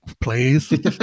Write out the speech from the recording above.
please